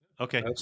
Okay